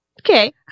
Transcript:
Okay